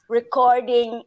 recording